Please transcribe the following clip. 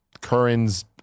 Curran's